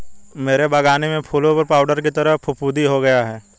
मेरे बगानी में फूलों पर पाउडर की तरह फुफुदी हो गया हैं